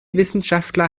wissenschaftler